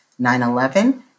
9-11